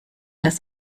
das